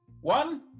One